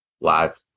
Live